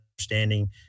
understanding